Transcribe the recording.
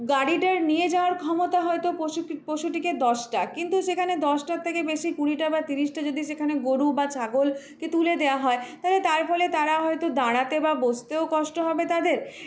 গাড়িটার নিয়ে যাওয়ার ক্ষমতা হয়তো পশুক পশুটিকে দশটা কিন্তু সেখানে দশটার থেকে বেশি কুড়িটা বা তিরিশটা যদি সেখানে গরু বা ছাগলকে তুলে দেওয়া হয় তালে তার ফলে তারা হয়তো দাঁড়াতে বা বসতেও কষ্ট হবে তাদের